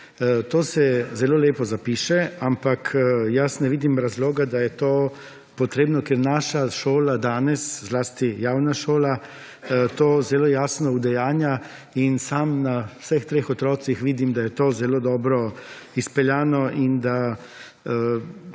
To se zelo lepo zapiše, ampak jaz ne vidim razloga, da je to potrebno, ker naša šola danes, zlasti javna šola, to zelo jasno udejanja in sam na vseh treh otrocih vidim, da je to zelo dobro izpeljano, in da